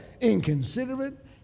inconsiderate